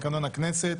הכנסת